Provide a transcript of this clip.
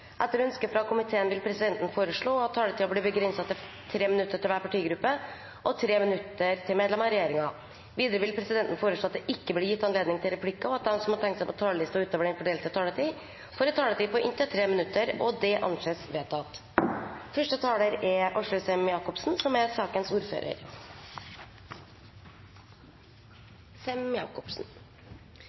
vil presidenten foreslå at taletiden blir begrenset til 3 minutter til hver partigruppe og 3 minutter til medlemmer av regjeringen. Videre vil presidenten foreslå at det ikke blir gitt anledning til replikker, og at de som måtte tegne seg på talerlisten utover den fordelte taletid, får en taletid på inntil 3 minutter. – Det anses vedtatt. Jeg vil starte med å takke komiteen for et godt og effektivt samarbeid. Komiteen har vært samstemt om det som